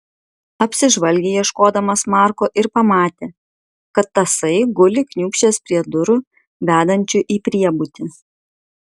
apsižvalgė ieškodamas marko ir pamatė kad tasai guli kniūbsčias prie durų vedančių į priebutį